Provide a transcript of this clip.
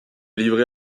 livrait